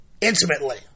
intimately